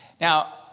Now